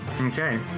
Okay